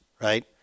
right